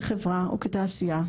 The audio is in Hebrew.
כחברה ותעשייה,